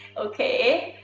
okay?